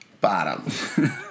Bottom